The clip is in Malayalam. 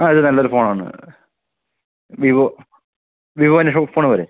ആ ഇത് നല്ലൊരു ഫോണാണ് വിവോ വിവോൻ്റെ ഷോട്ട് ഫോൺ പോരെ